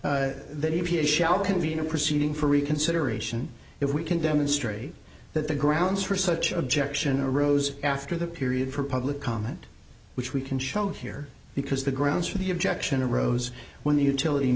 a shall convene a proceeding for reconsideration if we can demonstrate that the grounds for such objection arose after the period for public comment which we can show here because the grounds for the objection arose when the utility